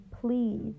please